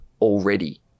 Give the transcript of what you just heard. already